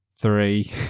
three